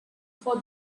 for